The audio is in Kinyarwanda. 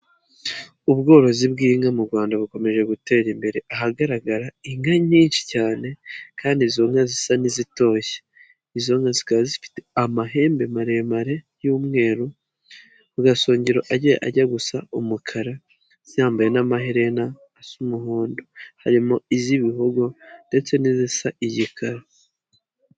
Ubworozi bw'inka mu Rwanda bukomeje gutera imbere, ahagaragara inka nyinshi cyane kandi izo nka zisa n'izitoshye. Izo nka zikaba zifite amahembe maremare y'umweru, ku gasongero agiye ajya gusa umukara zambaye n'amaherena asa umuhondo, harimo iz'ibihogo ndetse n'izisa igikara.